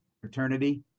fraternity